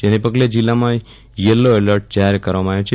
જેને પગલે જિલ્લામાં યેલો એલર્ટ જાહેર કરવામાં આવ્યું છે